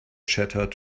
chattered